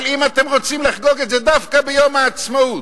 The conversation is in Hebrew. אבל אם אתם רוצים לחגוג את זה דווקא ביום העצמאות,